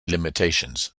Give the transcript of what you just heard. limitations